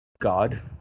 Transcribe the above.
God